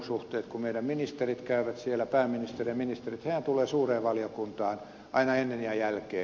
kun meidän ministerimme käyvät siellä pääministeri ja ministerit hehän tulevat suureen valiokuntaan aina ennen ja jälkeen